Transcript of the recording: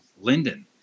Linden